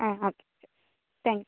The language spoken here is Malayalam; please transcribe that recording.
ആ ഓക്കേ ഓക്കേ താങ്ക്യൂ